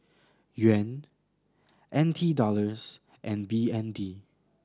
Yuan N T Dollars and B N D